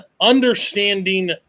understanding